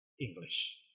English